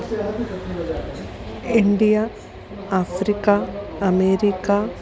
India Africa America